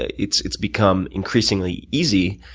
ah it's it's become increasingly easy,